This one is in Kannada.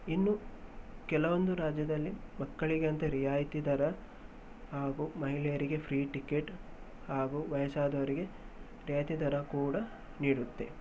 ಇನ್ನು ಕೆಲವೊಂದು ರಾಜ್ಯದಲ್ಲಿ ಮಕ್ಕಳಿಗೆ ಅಂತ ರಿಯಾಯಿತಿ ದರ ಹಾಗೂ ಮಹಿಳೆಯರಿಗೆ ಫ್ರೀ ಟಿಕೆಟ್ ಹಾಗೂ ವಯಸ್ಸಾದವರಿಗೆ ರಿಯಾಯಿತಿ ದರ ಕೂಡ ನೀಡುತ್ತೆ